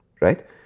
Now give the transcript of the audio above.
right